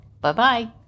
Bye-bye